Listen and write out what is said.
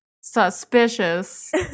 suspicious